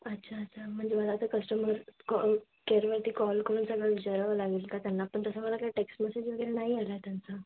अच्छा अच्छा म्हणजे मला ते कस्टमर कं केअरमध्ये ते कॉल करून त्यांना विचारवं लागेल का त्यांना पण तसं मला काही टेक्स मेसेज वगैरे नाही आला आहे त्यांचा